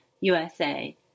USA